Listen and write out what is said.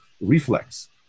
reflex